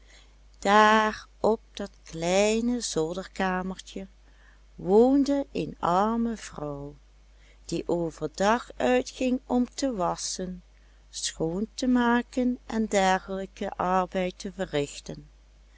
daar op dat kleine zolderkamertje woonde een arme vrouw die overdag uitging om te wasschen schoon te maken en dergelijken arbeid te verrichten